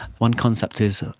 one concept is